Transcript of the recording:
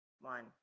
one